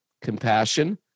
Compassion